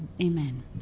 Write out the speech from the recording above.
Amen